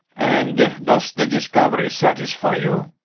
and does the discovery satisfy you?